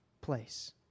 place